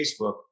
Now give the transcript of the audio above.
Facebook